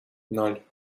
ноль